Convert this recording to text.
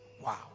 wow